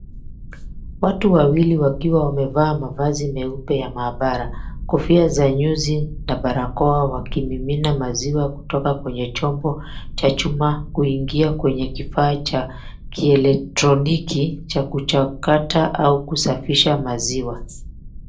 Watu wawili wakiwa wamevaa mavazi meupe ya maabara, kofia za nyuzi na barakoa wakimimina maziwa kutoka kwenye chombo cha chuma kuingia kwenye kifaa cha kielektroniki cha kuchakata au kusafisha maziwa.